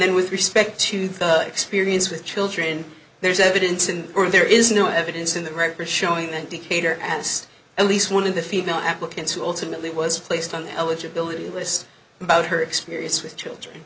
then with respect to thud experience with children there's evidence and there is no evidence in the records showing that decatur asked at least one of the female applicants who ultimately was placed on the eligibility list about her experience with children